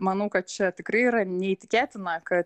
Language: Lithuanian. manau kad čia tikrai yra neįtikėtina kad